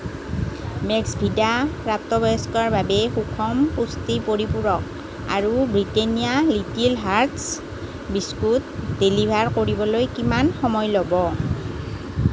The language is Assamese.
মেক্সভিদা প্ৰাপ্তবয়স্কৰ বাবে সুষম পুষ্টি পৰিপূৰক আৰু Britannia little hearts biscuit deliver কৰিবলৈ কিমান সময় ল'ব